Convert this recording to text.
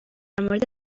مورد